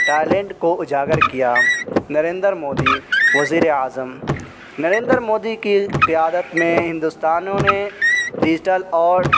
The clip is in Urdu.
ٹیلنٹ کو اجاگر کیا نریندر مودی وزیر اعظم نریندر مودی کی قیادت میں ہندوستانیوں نے ڈیجیٹل اور